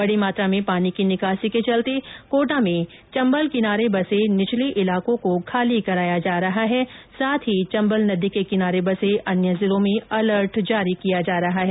बड़ी मात्रा में पानी की निकासी के चलते कोटा में चम्बल किनारे बसे निचले इलाकों को खाली कराया जा रहा है साथ ही चम्बल नदी के किनारे बसे अन्य जिलों में अलर्ट जारी किया जा रहा है